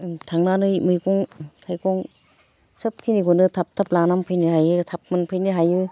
जों थांनानै मैगं थाइगं सोब खिनिखौनो थाब थाब लानानै फैनो हायो थाब मोनफैनो हायो